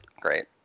great